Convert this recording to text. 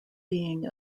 being